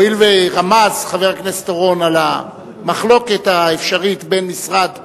הואיל ורמז חבר הכנסת אורון על המחלוקת האפשרית בין משרד התעשייה,